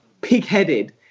pig-headed